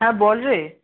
হ্যা বল রে